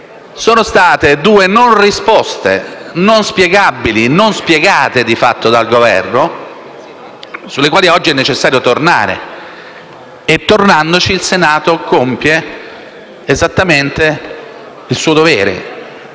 Sono state due non risposte inspiegabili e non spiegate di fatto dal Governo, su cui oggi è necessario tornare. Tornandoci, il Senato compie esattamente il suo dovere,